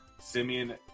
Simeon